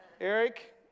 Eric